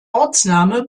ortsname